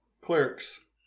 Clerks